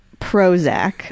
Prozac